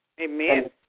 amen